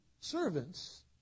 servants